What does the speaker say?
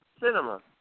cinema